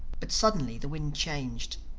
but suddenly the wind changed,